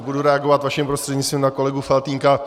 Budu reagovat vaším prostřednictvím na pana kolegu Faltýnka.